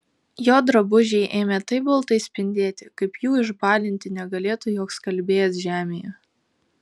jo drabužiai ėmė taip baltai spindėti kaip jų išbalinti negalėtų joks skalbėjas žemėje